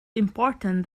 important